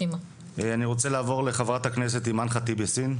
אני רוצה לעבור לחברת הכנסת אימאן ח'טיב יאסין,